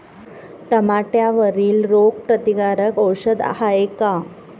टमाट्यावरील रोग प्रतीकारक औषध हाये का?